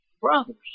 Brothers